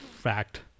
fact